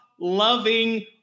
loving